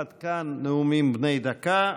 עד כאן נאומים בני דקה.